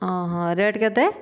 ହଁ ହଁ ରେଟ୍ କେତେ